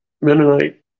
Mennonite